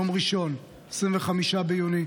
יום ראשון 25 ביוני,